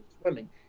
swimming